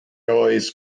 noise